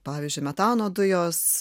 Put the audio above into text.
pavyzdžiui metano dujos